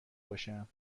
باشم